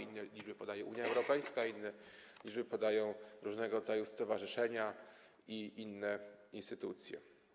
Inne liczby podaje Unia Europejska, inne liczby podają różnego rodzaju stowarzyszenia i inne instytucje.